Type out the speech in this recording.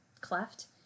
cleft